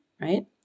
right